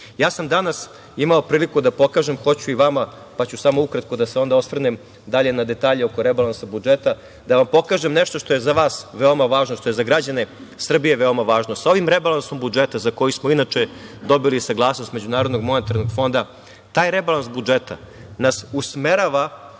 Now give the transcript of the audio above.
sam danas imao priliku da pokažem, hoću i vama pa ću samo ukratko da se osvrnem dalje na detalje oko rebalansa budžeta, da vam pokažem nešto što je za vas veoma važno, što je za građane Srbije veoma važno. Sa ovim rebalansom budžeta za koji smo inače dobili saglasnost MMF-a, taj rebalans budžeta nas usmerava